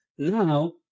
Now